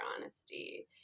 honesty